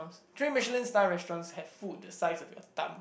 three Michelin star restaurants have food the size of your thumb